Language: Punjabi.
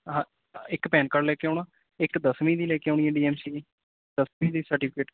ਹਾਂ ਇੱਕ ਪੈਨ ਕਾਰਡ ਲੈ ਕੇ ਆਉਣਾ ਇੱਕ ਦਸਵੀਂ ਦੀ ਲੈ ਕੇ ਆਉਣੀ ਹੈ ਡੀ ਐੱਮ ਸੀ ਜੀ ਦਸਵੀਂ ਦੀ ਸਰਟੀਫਿਕੇਟ